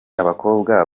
abakobwa